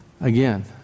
again